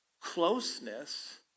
Closeness